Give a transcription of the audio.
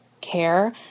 care